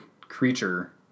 creature